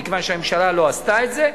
מכיוון שהממשלה לא עשתה את זה,